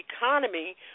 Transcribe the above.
economy